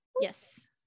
Yes